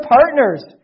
partners